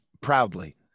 proudly